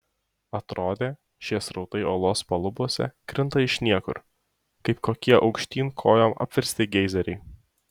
atrodė šie srautai olos palubiuose krinta iš niekur kaip kokie aukštyn kojom apversti geizeriai